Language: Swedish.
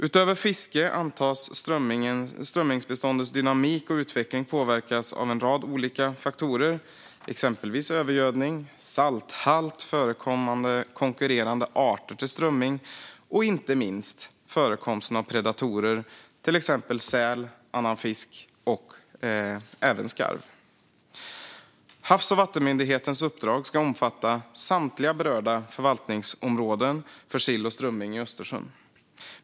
Utöver fiske antas strömmingsbeståndets dynamik och utveckling påverkas av en rad olika faktorer, exempelvis övergödning, salthalt, förekommande konkurrerande arter och inte minst förekomsten av predatorer, till exempel säl, annan fisk och även skarv. Havs och vattenmyndighetens uppdrag ska omfatta samtliga berörda förvaltningsområden för sill och strömming i Östersjön.